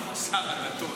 שר הדתות?